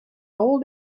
all